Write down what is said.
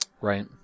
Right